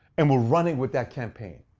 and we're running with that campaign.